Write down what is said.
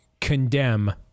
condemn